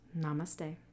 Namaste